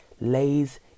lays